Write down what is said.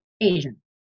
Asian